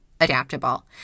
adaptable